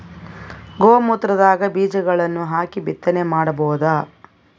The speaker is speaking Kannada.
ಗೋ ಮೂತ್ರದಾಗ ಬೀಜಗಳನ್ನು ಹಾಕಿ ಬಿತ್ತನೆ ಮಾಡಬೋದ?